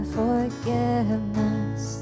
forgiveness